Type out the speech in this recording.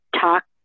talk